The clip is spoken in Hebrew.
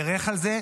בירך על זה,